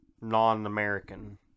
non-American